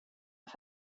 för